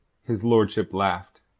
his lordship laughed.